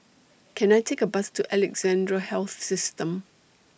Can I Take A Bus to Alexandra Health System